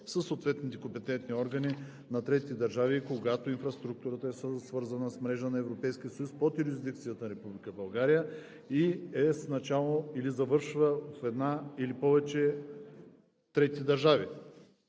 съответните компетентни органи на трети държави, когато инфраструктурата е свързана с мрежата на Европейския съюз под юрисдикцията на Република България и е с начало или завършва в една или повече трети държави.